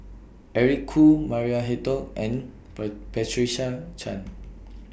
Eric Khoo Maria Hertogh and Per Patricia Chan